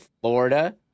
Florida